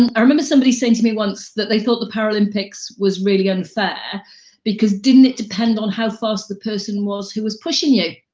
um i remember somebody saying to me once, that they thought the paralympics was really unfair because didn't it depend on how fast the person was who was pushing you?